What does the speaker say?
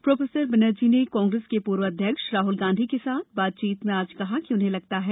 professor Banerjee ने कांग्रेस के पुर्व अध्यक्ष राहल गांधी के साथ बातचीत में आज कहा कि उन्हें लगता है